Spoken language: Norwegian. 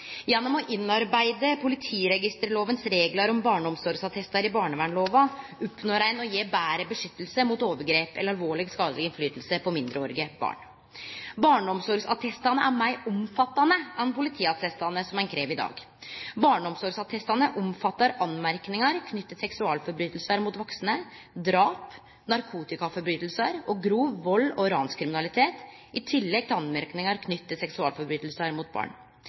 Gjennom å innarbeide politiregisterlovas reglar om barneomsorgsattestar i barnevernslova oppnår ein å gje betre beskyttelse mot overgrep eller alvorleg skadeleg innflytelse på mindreårige barn. Barneomsorgsattestane er meir omfattande enn politiattestane som ein krev i dag. Barneomsorgsattestane omfattar merknader knytte til seksualbrotsverk mot vaksne, drap, narkotikabrotsverk og grov valds- og ranskriminalitet i tillegg til merknader knytte til seksualbrotsverk mot barn.